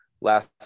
last